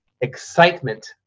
excitement